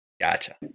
gotcha